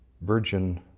Virgin